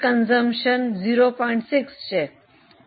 6 છે પરંતુ Y માટે તે 1